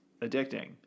addicting